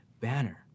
banner